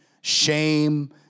shame